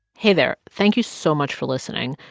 hey, there. thank you so much for listening.